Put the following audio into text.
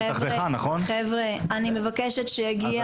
אני מבקשת שיגיע